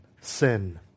sin